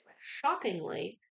Shockingly